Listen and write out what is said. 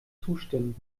zustimmen